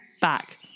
back